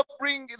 bring